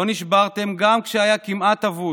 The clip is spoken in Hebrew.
לא נשברתם גם כשהיה כמעט אבוד.